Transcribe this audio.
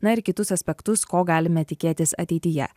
na ir kitus aspektus ko galime tikėtis ateityje